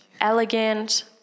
elegant